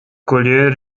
collier